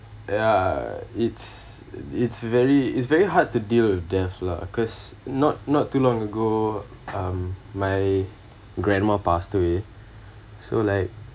ya it's it's very it's very hard to deal with death lah cause not not too long ago um my grandma passed away so like